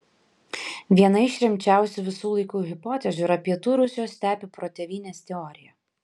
viena iš rimčiausių visų laikų hipotezių yra pietų rusijos stepių protėvynės teorija